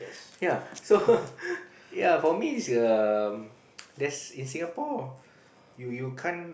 yea so yea for me it's err there's in Singapore you you can't